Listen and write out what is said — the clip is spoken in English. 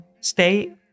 stay